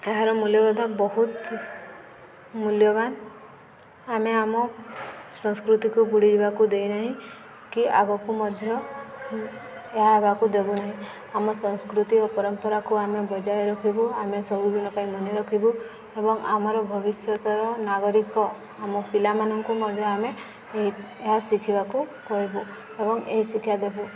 ଏହାର ମୂଲ୍ୟବୋଧ ବହୁତ ମୂଲ୍ୟବାନ୍ ଆମେ ଆମ ସଂସ୍କୃତିକୁ ବୁଡ଼ିବାକୁ ଦେଇନାହିଁ କି ଆଗକୁ ମଧ୍ୟ ଏହା ହେବାକୁ ଦେବୁନହିଁ ଆମ ସଂସ୍କୃତି ଓ ପରମ୍ପରାକୁ ଆମେ ବଜାୟ ରଖିବୁ ଆମେ ସବୁଦିନ ପାଇଁ ମନେ ରଖିବୁ ଏବଂ ଆମର ଭବିଷ୍ୟତର ନାଗରିକ ଆମ ପିଲାମାନଙ୍କୁ ମଧ୍ୟ ଆମେ ଏହା ଶିଖିବାକୁ କହିବୁ ଏବଂ ଏହି ଶିକ୍ଷା ଦେବୁ